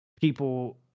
people